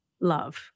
love